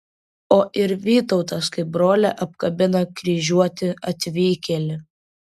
o ir vytautas kaip brolį apkabina kryžiuotį atvykėlį